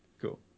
Cool